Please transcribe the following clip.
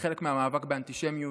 כחלק מהמאבק באנטישמיות,